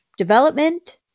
Development